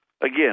Again